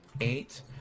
Eight